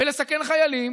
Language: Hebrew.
לסכן חיילים,